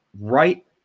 right